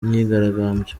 myigaragambyo